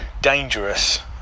dangerous